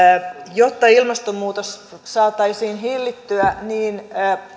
jotta ilmastonmuutosta saataisiin hillittyä niin